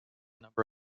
number